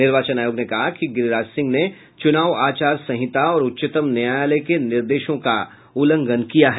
निर्वाचन आयोग ने कहा कि गिरिराज सिंह ने चुनाव आचार संहिता और उच्चतम न्यायालय के निर्देशों का उल्लंघन किया है